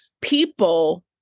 people